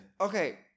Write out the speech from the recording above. Okay